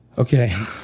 Okay